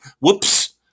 Whoops